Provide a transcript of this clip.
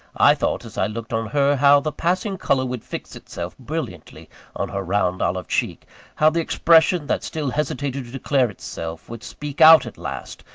i thought, as i looked on her, how the passing colour would fix itself brilliantly on her round, olive cheek how the expression that still hesitated to declare itself, would speak out at last,